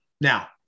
Now